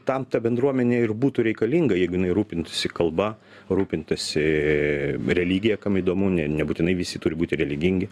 tam ta bendruomenė ir būtų reikalinga jeigu jinai rūpintųsi kalba rūpintųsi religija kam įdomu ne nebūtinai visi turi būti religingi